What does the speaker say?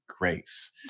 Grace